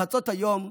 בחצות היום,